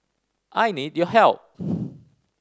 I need your help